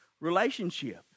relationship